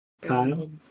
Kyle